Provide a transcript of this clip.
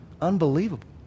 Unbelievable